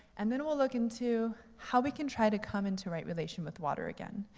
and then we'll look into how we can try to come into right relation with water again.